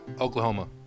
Oklahoma